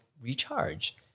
recharge